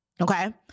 Okay